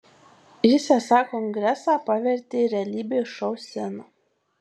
jis esą kongresą pavertė realybės šou scena